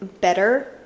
better